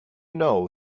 know